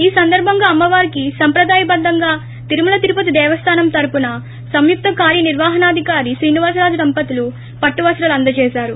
ఈ సందర్బంగా అమ్మ వారికి సంప్రదాయబద్దంగా తిరుమల తిరుపతి దేవస్థానం తరఫున సంయుక్త కార్య్ నిర్వహణాధికారి శ్రీనివాసరాజు దంపతులు పట్టు వస్తాలు అందచేసారు